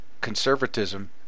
conservatism